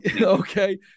Okay